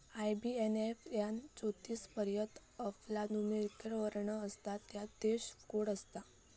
IBAN यात चौतीस पर्यंत अल्फान्यूमोरिक वर्ण असतत ज्यात देश कोड असता